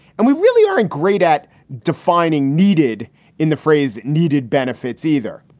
and we really aren't great at defining needed in the phrase needed benefits either.